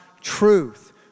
truth